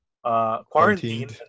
Quarantine